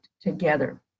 together